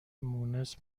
مونس